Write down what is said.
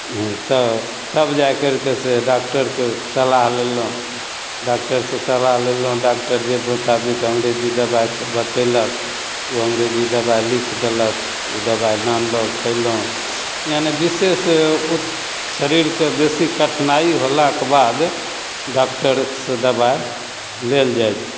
हँ तऽ तब जा जा करिके से डाकटरके सलाह लेलहुँ डाकटरसे सलाह लेलहुँ डाकटर जे मोताबिक अन्गरेजी दवाइके बतेलक ओ अन्गरेजी दवाइ लिखि देलक ओ दवाइ आनलहुँ खएलहुँ यानि विशेष ओ शरीरके बेसी कठिनाइ होलाके बाद डाकटरसे दवाइ लेल जाइ छै